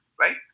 right